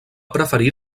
preferir